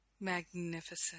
magnificent